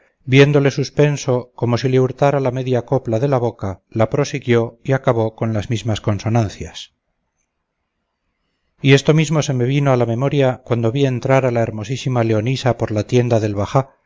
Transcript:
viéndole suspenso como si le hurtara la media copla de la boca la prosiguió y acabó con las mismas consonancias y esto mismo se me vino a la memoria cuando vi entrar a la hermosísima leonisa por la tienda del bajá